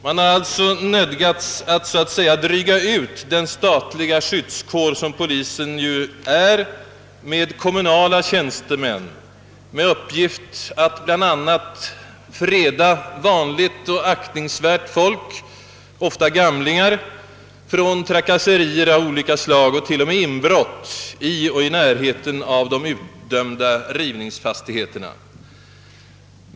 Man har alltså nödgats att så att säga dryga ut den statliga skyddskår, som polisen ju är, med kommunala tjänstemän som har till uppgift bland annat att freda vanligt aktningsvärt folk, ofta gamla, från trakasserier och t.o.m. inbrott i och i närheten av de utdömda rivningsfastigheterna.